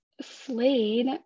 Slade